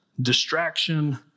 distraction